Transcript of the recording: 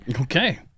Okay